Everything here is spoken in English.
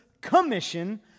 commission